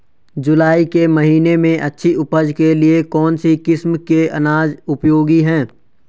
जुलाई के महीने में अच्छी उपज के लिए कौन सी किस्म के अनाज उपयोगी हैं?